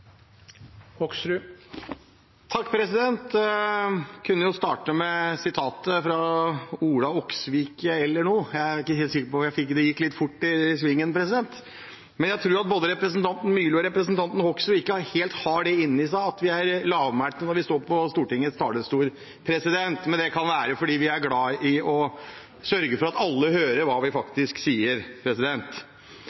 ikke helt sikker på om jeg fikk det med meg, det gikk litt fort i svingen! Jeg tror verken representanten Myrli eller representanten Hoksrud helt har det i seg at vi er lavmælte når vi står på Stortingets talerstol, men det kan være fordi vi er glad i å sørge for at alle hører hva vi